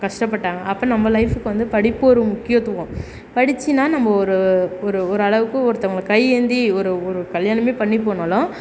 கஷ்டப்பட்டாங்க அப்போ நம்ம லைஃபுக்கு வந்து படிப்பு ஒரு முக்கியத்துவம் படிச்சினா நம்ம ஒரு ஒரு ஓரளவுக்கு ஒருத்தவங்கள கையேந்தி ஒரு ஒரு கல்யாணம் பண்ணி போனாலும்